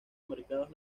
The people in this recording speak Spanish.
mercados